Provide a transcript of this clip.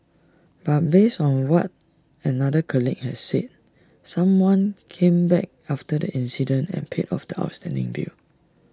but based on what another colleague had said someone came back after the incident and paid off the outstanding bill